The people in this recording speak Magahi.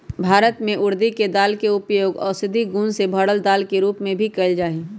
भारत में उर्दी के दाल के उपयोग औषधि गुण से भरल दाल के रूप में भी कएल जाई छई